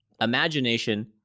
Imagination